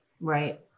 Right